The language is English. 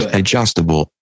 adjustable